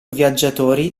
viaggiatori